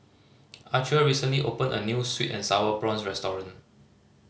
Archer recently opened a new sweet and Sour Prawns restaurant